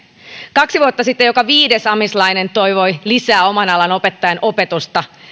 kaksi vuotta sitten joka viides amislainen toivoi lisää oman alan opettajien opetusta